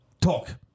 TALK